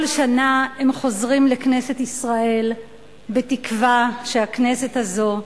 כל שנה הם חוזרים לכנסת ישראל בתקווה שהכנסת הזאת,